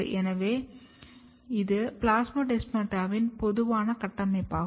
எனவே இது பிளாஸ்மோடெஸ்மாடாவின் பொதுவான கட்டமைப்பாகும்